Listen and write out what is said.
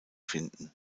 finden